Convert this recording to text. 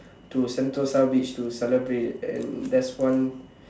to Sentosa beach to celebrate and that's one